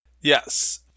Yes